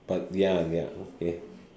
but ya ya okay